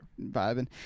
vibing